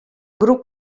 groep